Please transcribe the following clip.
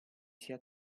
sia